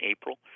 April